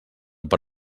per